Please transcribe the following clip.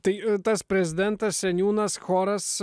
tai tas prezidentas seniūnas choras